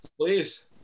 Please